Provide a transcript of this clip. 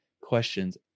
questions